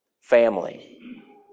family